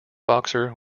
boxer